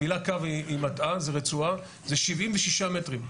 המילה קו מטעה, זה רצועה, זה 76 מטרים.